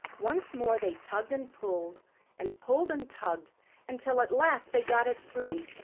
once more they tugged and pulled and pulled and tugged until at last they got it free,